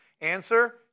Answer